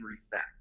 respect